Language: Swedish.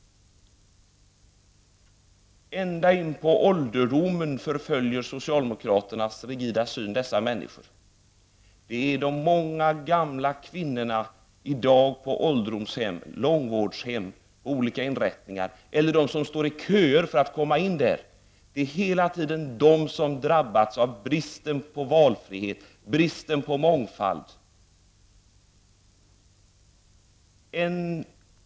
Ända in på ålderdomen förföljer socialdemokraternas rigida syn dessa människor. Det är i dag de många gamla kvinnorna på ålderdomshem, långvårdshem och olika inrättningar -- eller de som står i köer för att komma in där -- som hela tiden drabbas av bristen på valfrihet och mångfald.